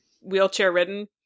wheelchair-ridden